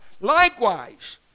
Likewise